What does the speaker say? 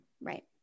Right